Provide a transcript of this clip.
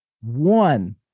one